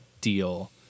deal